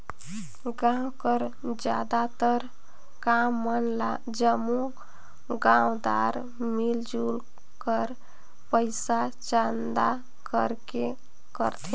गाँव कर जादातर काम मन ल जम्मो गाँवदार मिलजुल कर पइसा चंदा करके करथे